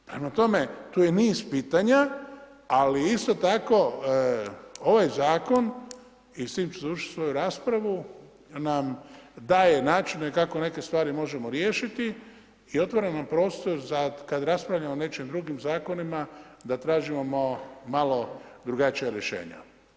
Prema tome, tu je niz pitanja, ali isto tako ovaj zakon i s time ću završiti svoju raspravu nam daje načine kako neke stvari možemo riješiti i otvara nam prostor za kada raspravljamo o nekim drugim zakonima da tražimo malo drugačija rješenja.